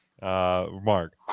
mark